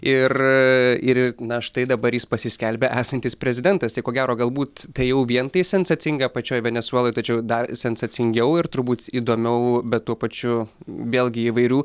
ir ir na štai dabar jis pasiskelbė esantis prezidentas tai ko gero galbūt tai jau vien tai sensacinga pačioj venesueloj tačiau dar sensacingiau ir turbūt įdomiau bet tuo pačiu vėlgi įvairių